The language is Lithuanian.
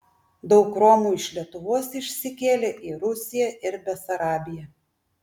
daug romų iš lietuvos išsikėlė į rusiją ir besarabiją